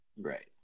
Right